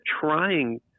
trying